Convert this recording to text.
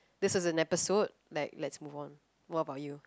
this is an episode like let's move on what about you